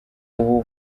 ubu